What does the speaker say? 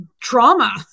trauma